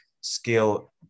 skill